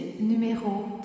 numéro